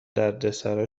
دردسرا